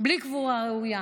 בלי קבורה ראויה,